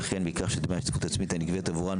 וכן מכך שדמי ההשתתפות העצמית הנגבית עבורן